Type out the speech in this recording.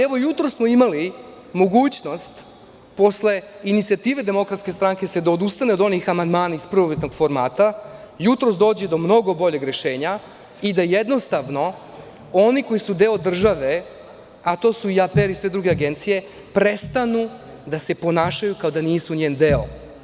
Evo jutros smo imali mogućnost posle inicijative DS da se odustane od onih amandmana iz prvobitnih formata, da jutros dođe do mnogo boljeg rešenja i da jednostavno oni koji su deo države, a to su i APR i sve druge agencije, prestanu da se ponašaju kao da nisu njen deo.